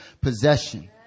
possession